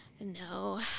No